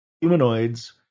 humanoids